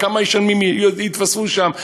כמה יתווספו שם?